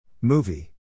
Movie